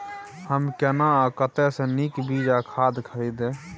हम केना आ कतय स नीक बीज आ खाद खरीदे?